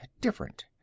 different